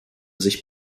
sich